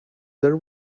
there